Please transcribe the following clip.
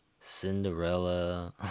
Cinderella